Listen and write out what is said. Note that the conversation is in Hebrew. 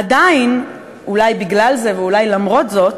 עדיין, אולי בגלל זה ואולי למרות זאת,